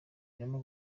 barimo